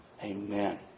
Amen